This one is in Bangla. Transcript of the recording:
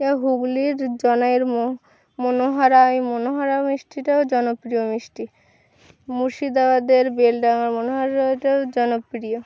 এটা হুগলির জনের ম মনোহরা এই মনোহরা মিষ্টিটাও জনপ্রিয় মিষ্টি মুর্শিদাবাদের বেলডাঙার মনোহরাটাও জনপ্রিয়